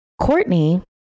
Courtney